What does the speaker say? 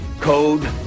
code